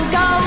go